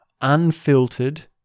unfiltered